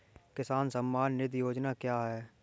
किसान सम्मान निधि योजना क्या है?